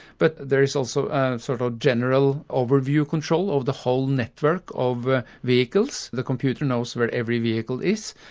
but there is also sort of a general overview control of the whole network of ah vehicles. the computer knows where every vehicle is,